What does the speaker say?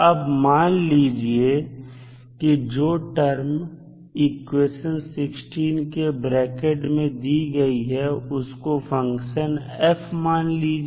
अब मान लीजिए कि जो टर्म इक्वेशन 16 के ब्रैकेट में दी गई है उसको फंक्शन f मान लीजिए